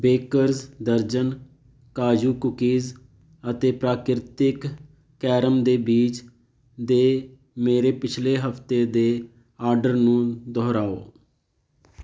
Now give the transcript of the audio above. bakers ਦਰਜਨ ਕਾਜੂ cookies ਅਤੇ ਪ੍ਰਾਕ੍ਰਿਤਿਕ ਕੈਰਮ ਦੇ ਬੀਜ ਦੇ ਮੇਰੇ ਪਿਛਲੇ ਹਫਤੇ ਦੇ ਆਰਡਰ ਨੂੰ ਦੁਹਰਾਓ